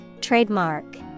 Trademark